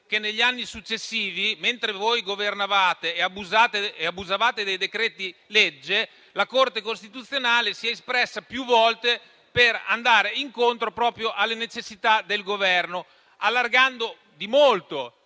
che negli anni successivi, mentre voi governavate e abusavate dei decreti-legge, la Corte costituzionale si è espressa più volte per andare incontro proprio alle necessità del Governo, allargando di molto